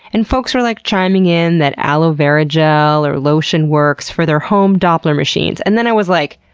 and folks were like chiming in that aloe vera gel or lotion works for their home doppler machines. and then i was like,